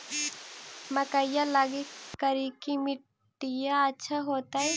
मकईया लगी करिकी मिट्टियां अच्छा होतई